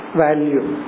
value